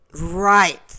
Right